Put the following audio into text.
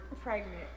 Pregnant